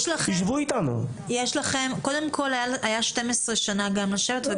היו 12 שנים לשבת.